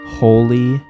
holy